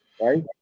Right